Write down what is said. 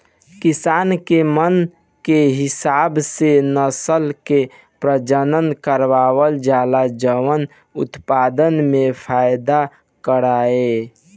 किसान के मन के हिसाब से नसल के प्रजनन करवावल जाला जवन उत्पदान में फायदा करवाए